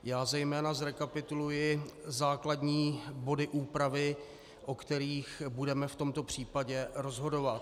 Já zejména zrekapituluji základní body úpravy, o kterých budeme v tomto případě rozhodovat.